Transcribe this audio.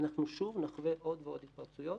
אנחנו שוב נחווה עוד ועוד התפרצויות,